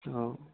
অঁ